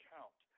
Count